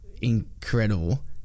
incredible